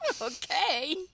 Okay